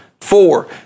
Four